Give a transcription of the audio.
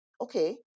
okay